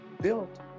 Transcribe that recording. built